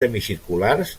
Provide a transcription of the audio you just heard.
semicirculars